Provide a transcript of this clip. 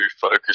focus